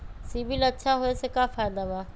CIBIL अच्छा होऐ से का फायदा बा?